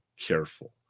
careful